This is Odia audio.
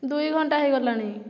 ଦୁଇଘଣ୍ଟା ହୋଇଗଲାଣି